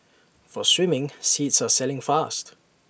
for swimming seats are selling fast